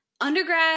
undergrad